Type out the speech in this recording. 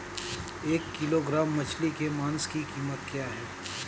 एक किलोग्राम मछली के मांस की कीमत क्या है?